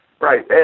Right